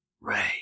Ray